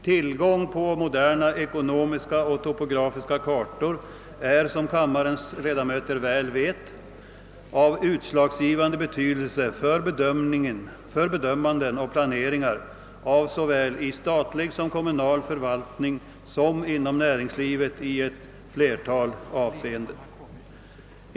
Tillgång till moderna ekonomiska och topografiska kartor är, såsom kammarens ledamöter väl vet, av utslagsgivande betydelse för bedömanden och planeringar såväl i statlig och kommunal förvaltning som inom näringslivet i ett flertal avseenden.